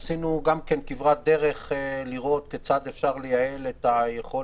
עשינו כברת דרך כדי לראות כיצד אפשר לייעל את